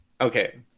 Okay